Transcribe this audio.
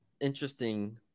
interesting